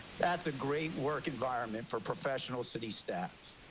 that's a great work environment for professional city staff.